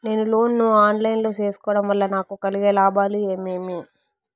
నేను లోను ను online లో సేసుకోవడం వల్ల నాకు కలిగే లాభాలు ఏమేమీ?